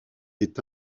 est